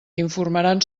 informaran